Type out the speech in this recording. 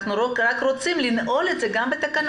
אנחנו רק רוצים לנעול את זה גם בתקנות.